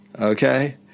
Okay